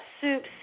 soups